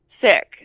sick